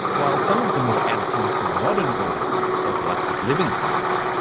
while some of the more anatomically modern early birds overlap with living flappers,